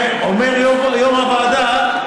אומר יו"ר הוועדה: